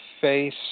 face